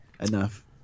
enough